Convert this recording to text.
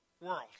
World